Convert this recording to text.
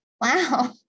wow